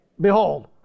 behold